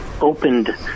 opened